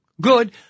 good